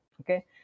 okay